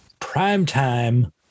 primetime